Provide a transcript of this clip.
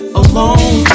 alone